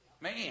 Man